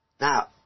Now